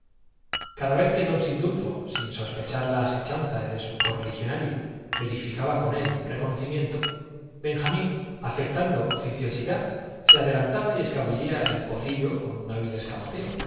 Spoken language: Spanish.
cada vez que don sindulfo sin sospecharla asechanza jamín de su correligionario verificaba con él un reconoci síinterpuso el sabio algún arco de triunfo miento benjamín afectando oficiosidad se adelantaba que nos preparan y escabullía el pocilio con un hábil escamoteo